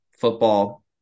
Football